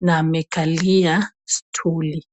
na amekalia stuli .